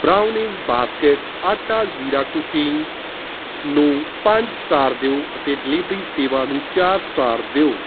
brownies basket ਆਟਾ ਜ਼ੀਰਾ cooking ਨੂੰ ਪੰਜ ਸਟਾਰ ਦਿਓ ਅਤੇ ਡਿਲੀਵਰੀ ਸੇਵਾ ਨੂੰ ਚਾਰ ਸਟਾਰ ਦਿਓ